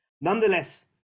Nonetheless